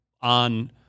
on